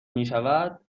میشود